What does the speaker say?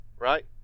Right